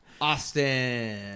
Austin